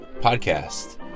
podcast